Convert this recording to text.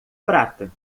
prata